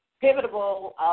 pivotal